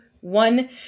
one